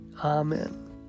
Amen